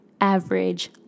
average